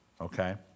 okay